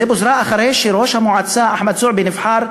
היא פוזרה אחרי שראש המועצה אחמד זועבי נבחר,